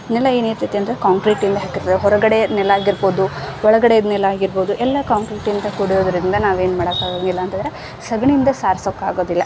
ನೆಲ ಏನು ಇರ್ತೈತೆ ಅಂದರೆ ಕಾಂಕ್ರೀಟಿಂದ ಹಾಕಿರ್ತಾರೆ ಹೊರಗಡೆ ನೆಲ ಆಗಿರ್ಬೋದು ಒಳಗಡೆದು ನೆಲ ಆಗಿರ್ಬೋದು ಎಲ್ಲ ಕಾಂಕ್ರೀಟಿಂದ ಕೂಡಿರುದರಿಂದ ನಾವೇನು ಮಾಡಕ್ಕೆ ಆಗಂಗಿಲ್ಲ ಅಂತಂದರೆ ಸೆಗಣಿಯಿಂದ ಸಾರ್ಸೋಕೆ ಆಗೋದಿಲ್ಲ